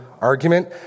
argument